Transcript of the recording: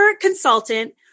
consultant